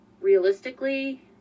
realistically